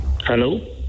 Hello